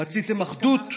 רציתם אחדות